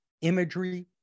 imagery